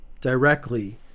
directly